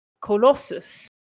Colossus